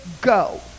go